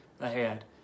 ahead